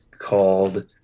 called